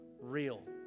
real